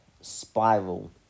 Spiral